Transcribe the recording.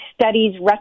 studies